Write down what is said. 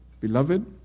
Beloved